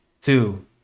two